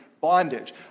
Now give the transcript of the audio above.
bondage